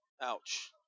ouch